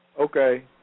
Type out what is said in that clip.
Okay